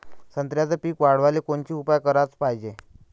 संत्र्याचं पीक वाढवाले कोनचे उपाव कराच पायजे?